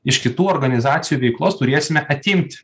iš kitų organizacijų veiklos turėsime atimt